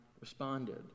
responded